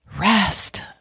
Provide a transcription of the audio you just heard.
Rest